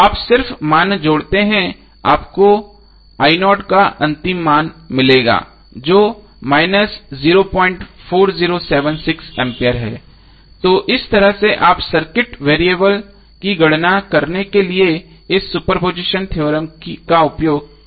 आप सिर्फ मान जोड़ते हैं आपको का अंतिम मान मिलेगा जो 04076 A है तो इस तरह से आप सर्किट वेरिएबल की गणना करने के लिए इस सुपरपोजिशन थ्योरम का उपयोग कर सकते हैं